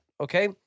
okay